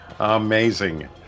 Amazing